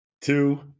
two